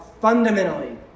fundamentally